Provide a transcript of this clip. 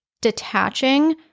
detaching